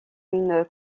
une